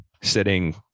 sitting